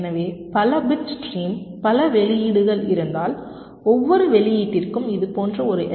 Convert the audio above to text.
எனவே பல bit stream பல வெளியீடுகள் இருந்தால் ஒவ்வொரு வெளியீட்டிற்கும் இதுபோன்ற ஒரு எல்